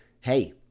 hey